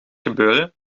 gebeuren